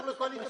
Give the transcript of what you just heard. התשובה היא לא.